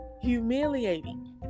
Humiliating